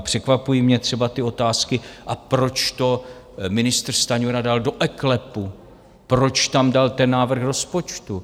Překvapují mě třeba tyto otázky: Proč to ministr Stanjura dal do eKLEPu, proč tam dal ten návrh rozpočtu?